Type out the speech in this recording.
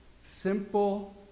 Simple